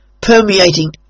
permeating